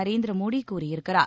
நரேந்திர மோடி கூறியிருக்கிறார்